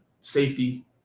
safety